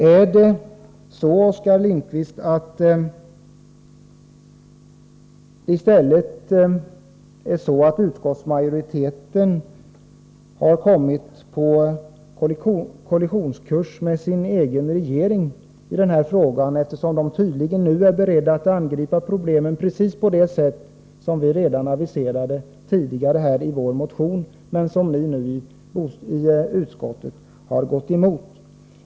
Är det så, Oskar Lindkvist, att den socialdemokratiska utskottsmajoriteten har kommit på kollisionskurs med sin egen regering i den här frågan, eftersom regeringen tydligen nu är beredd att angripa problemet precis på det sätt som vi redan aviserat tidigare i vår motion, vilken utskottsmajoriteten har gått emot?